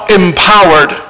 empowered